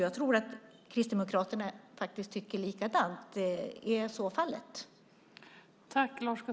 Jag tror att Kristdemokraterna tycker likadant. Är det så?